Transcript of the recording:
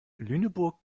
lüneburg